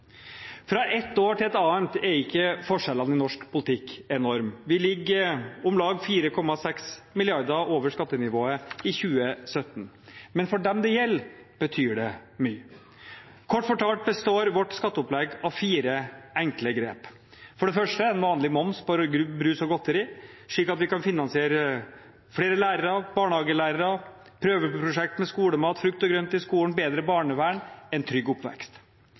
Fra ett år til et annet er ikke forskjellene i norsk politikk enorme. Vi ligger om lag 4,6 mrd. kr over skattenivået for 2017. Men for dem det gjelder, betyr det mye. Kort fortalt består vårt skatteopplegg av fire enkle grep: For det første vanlig moms på brus og godteri, slik at vi kan finansiere flere lærere, barnehagelærere, prøveprosjekt med skolemat, frukt og grønt i skolen, et bedre barnevern en trygg oppvekst.